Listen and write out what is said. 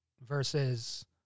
versus